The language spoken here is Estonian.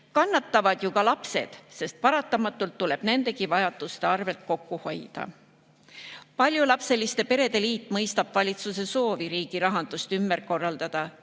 Kannatavad ju ka lapsed, sest paratamatult tuleb nende vajaduste arvelt kokku hoida. Paljulapseliste perede liit mõistab valitsuse soovi riigi rahandust ümber korraldada,